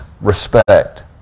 respect